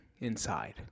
inside